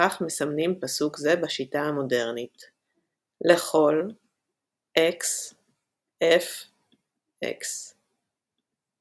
וכך מסמנים פסוק זה בשיטה המודרנית ∀ x F x \displaystyle